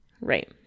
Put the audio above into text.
Right